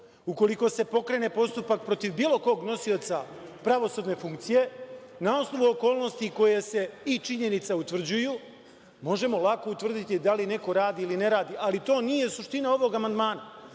VSS.Ukoliko se pokrene postupak protiv bilo kog nosioca pravosudne funkcije na osnovu okolnosti i činjenica koje se utvrđuju, možemo lako utvrditi da li neko radi ili ne radi. Ali, to nije suština ovog amandmana.